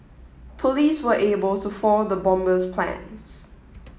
police were able to for the bomber's plans